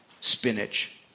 spinach